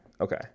okay